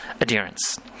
adherence